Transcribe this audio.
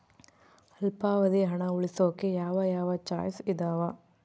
ಅಲ್ಪಾವಧಿ ಹಣ ಉಳಿಸೋಕೆ ಯಾವ ಯಾವ ಚಾಯ್ಸ್ ಇದಾವ?